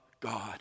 God